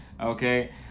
okay